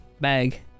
bag